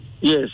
Yes